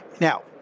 now